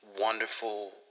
wonderful